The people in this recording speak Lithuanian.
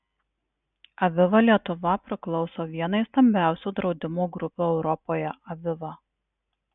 aviva lietuva priklauso vienai stambiausių draudimo grupių europoje aviva